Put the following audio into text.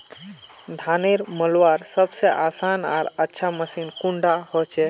धानेर मलवार सबसे आसान आर अच्छा मशीन कुन डा होचए?